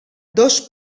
dos